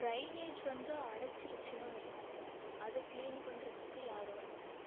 drainage வந்து அடைச்சிருச்சுன்னா வைங்க அதை கிளீன் பண்ணுறதுக்கு யாரும் வர மாட்டாங்க